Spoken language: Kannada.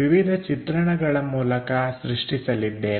ವಿವಿಧ ಚಿತ್ರಣಗಳ ಮೂಲಕ ಸೃಷ್ಟಿಸಲಿದ್ದೇವೆ